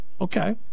Okay